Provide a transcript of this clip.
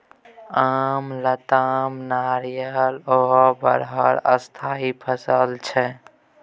आम, लताम, नारियर आ बरहर स्थायी फसल छै